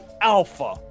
alpha